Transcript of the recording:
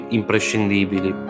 imprescindibili